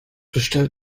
bestellt